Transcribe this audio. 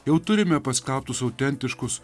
jau turime paskelbtus autentiškus